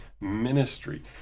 ministry